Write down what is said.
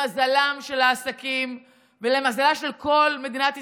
למזלם של העסקים ולמזלה של כל מדינת ישראל,